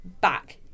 back